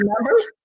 numbers